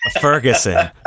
Ferguson